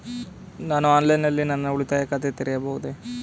ನಾನು ಆನ್ಲೈನ್ ನಲ್ಲಿ ನನ್ನ ಉಳಿತಾಯ ಖಾತೆ ತೆರೆಯಬಹುದೇ?